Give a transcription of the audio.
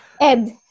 Ed